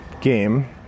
game